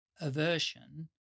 aversion